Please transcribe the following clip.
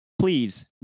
please